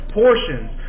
portions